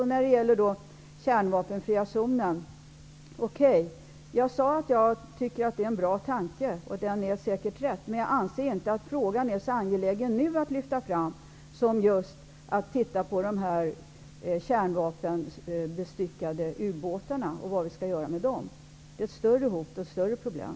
Jag sade tidigare att tanken på en kärnvapen fri zon är en bra tanke och att den säkert är riktig, men jag anser inte att den frågan nu är så angelägen att lyfta fram som just frågan om de kärnvapenbestyckade ubåtarna och vad vi skall göra med dem. De utgör ett större hot och ett svårare problem.